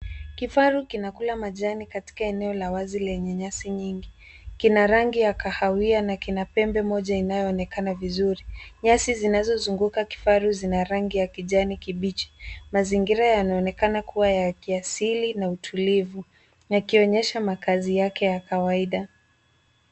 Kifaru kinakula majani katika eneo la wazi lenye nyasi nyingi. Kina rangi ya kahawia na kina pembe moja inayoonekana vizuri. Nyasi zinazozunguka kifaru zina rangi ya kijani kibichi. Mazingira yanaonekana kuwa ya kiasili na utulivu, yakionyesha makazi yake ya kawaida.